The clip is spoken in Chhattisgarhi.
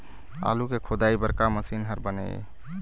आलू के खोदाई बर का मशीन हर बने ये?